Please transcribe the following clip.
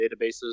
databases